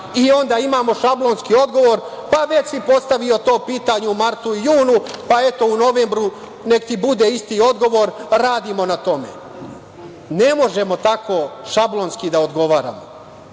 Onda imamo šablonski odgovor – pa, već si postavio to pitanje u martu, junu. Eto, u novembru nek ti bude isti odgovor - radimo na tome. Ne možemo tako šablonski da odgovaramo,